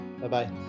Bye-bye